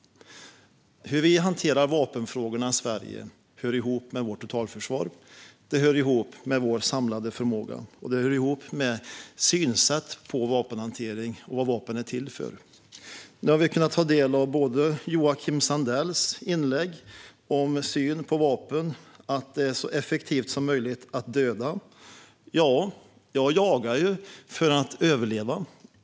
Hur vi hanterar vapenfrågorna i Sverige hör ihop med vårt totalförsvar, med vår samlade förmåga och med synen på vapenhantering och vad vapen är till för. Vi har kunnat ta del av Joakim Sandells inlägg om synen på vapen och om att döda så effektivt som möjligt. Ja, jag jagar för att överleva.